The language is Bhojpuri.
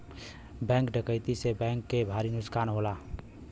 बैंक डकैती से बैंक के भारी नुकसान होला